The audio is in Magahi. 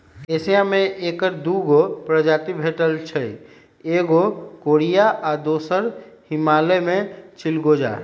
एशिया में ऐकर दू गो प्रजाति भेटछइ एगो कोरियाई आ दोसर हिमालय में चिलगोजा